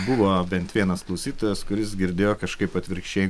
buvo bent vienas klausytojas kuris girdėjo kažkaip atvirkščiai